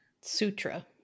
Sutra